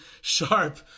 sharp